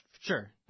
Sure